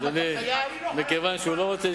חבר הכנסת רמון,